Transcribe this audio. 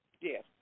Yes